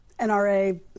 NRA